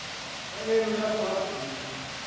नहीं नहीं मेरा पर्स भी